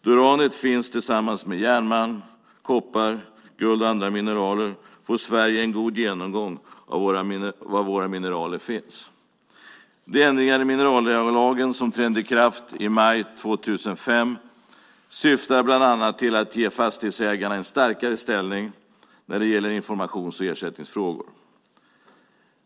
Då uranet finns tillsammans med järnmalm, koppar, guld och andra mineraler får Sverige en god genomgång av var våra mineraler finns. De ändringar i minerallagen som trädde i kraft i maj 2005 syftar bland annat till att ge fastighetsägarna en starkare ställning när det gäller informations och ersättningsfrågor.